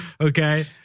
okay